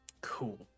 Cool